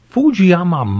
Fujiyama